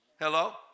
Hello